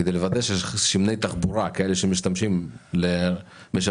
כדי לוודא ששמני תחבורה, כאלה שמשמשים לרכבים,